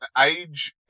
age